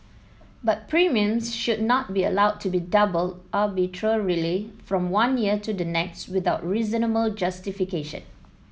but premiums should not be allowed to be doubled arbitrarily from one year to the next without reasonable justification